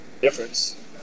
difference